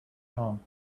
home